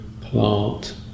plant